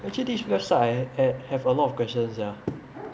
actually this website I at have a lot of questions sia